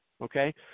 okay